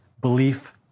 Belief